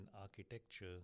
architecture